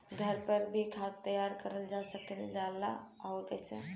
घर पर भी खाद तैयार करल जा सकेला और कैसे?